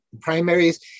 primaries